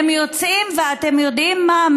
הם יוצאים, ואתם יודעים מה?